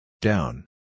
Down